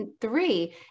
three